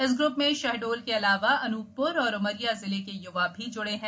इस ग्रप में शहडोल के अलावा अनूपप्र और उमरिया जिले के य्वा भी जुड़े हैं